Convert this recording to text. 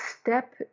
step